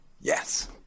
Yes